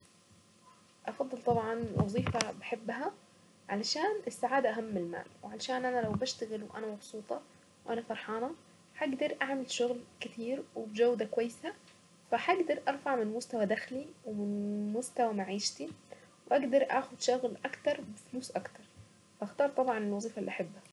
افضل طبعا وظيفة بحبها، علشان السعادة اهم من المال، وعلشان انا لو بشتغل وانا مبسوطة وانا فرحانة هقدر اعمل شغل كثير وبجودة كويسة فهقدر ارفع من مستوى دخلي، ومن مستوى معيشتي، واقدر اخذ شغل اكثر وفلوس اكثر فاختار طبعا الوظيفة اللي بحبها.